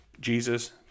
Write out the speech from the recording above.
Jesus